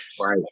Right